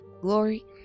glory